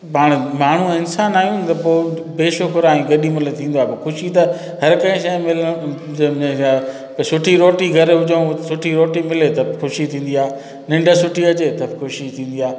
पाण माण्हू इंसान आहियूं त पोइ बेशुक्रु आहियूं केॾी महिल थींदो आहे पोइ ख़ुशी त हर कंहिं शइ मिलणु सभु में छा त सुठी रोटी घर हुजूं सुठी रोटी मिले त ख़ुशी थींदी आहे निंड सुठी अचे त बि ख़ुशी थींदी आहे